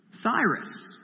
Cyrus